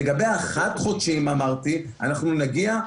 לגבי החד-חודשיים אמרתי: אנחנו נגיע.